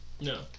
No